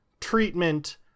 treatment